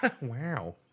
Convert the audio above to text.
wow